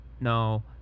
no